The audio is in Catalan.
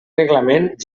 reglament